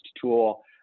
tool